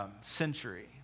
century